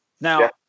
Now